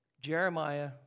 Jeremiah